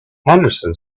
henderson